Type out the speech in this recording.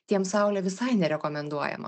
tiems saulė visai nerekomenduojama